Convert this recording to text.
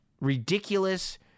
ridiculous